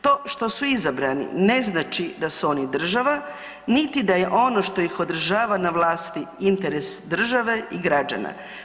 To što su izabrani ne znači da su oni država niti da je ono što ih održava na vlasti interes države i građana.